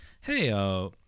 hey